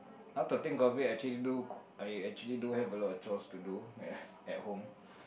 half the thing calculate I actually do I I actually do have a lot of chores to do at home